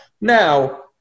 Now